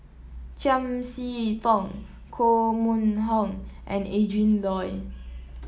Chiam See Tong Koh Mun Hong and Adrin Loi